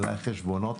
מנהלי חשבונות,